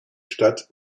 stadt